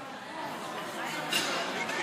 ועדה מיוחדת.